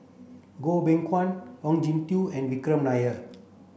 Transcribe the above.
Goh Beng Kwan Ong Jin Teong and Vikram Nair